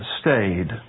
stayed